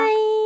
Bye